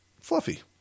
fluffy